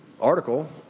article